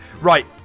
right